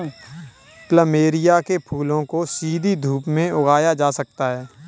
plumeria के फूलों को सीधी धूप में उगाया जा सकता है